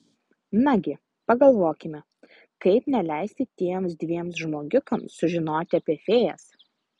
nagi pagalvokime kaip neleisti tiems dviem žmogiukams sužinoti apie fėjas